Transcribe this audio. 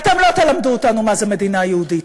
אתם לא תלמדו אותנו מה זה מדינה יהודית.